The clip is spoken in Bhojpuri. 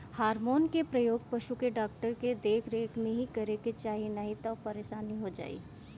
हार्मोन के प्रयोग पशु के डॉक्टर के देख रेख में ही करे के चाही नाही तअ परेशानी हो जाई